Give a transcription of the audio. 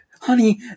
honey